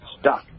stuck